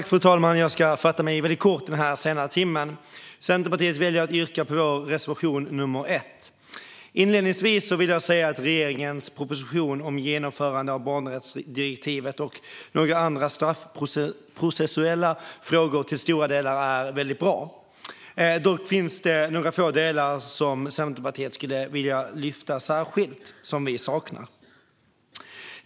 Fru talman! Jag ska fatta mig kort i denna sena timme. Jag yrkar bifall till Centerpartiets reservation, nr 1. Inledningsvis vill jag säga att regeringens proposition om genomförande av barnrättsdirektivet och några andra straffprocessuella frågor till stora delar är bra. Dock finns det några saker som Centerpartiet saknar och särskilt vill lyfta fram.